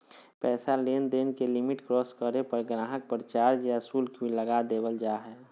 पैसा लेनदेन के लिमिट क्रास करे पर गाहक़ पर चार्ज या शुल्क भी लगा देवल जा हय